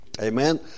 Amen